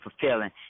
fulfilling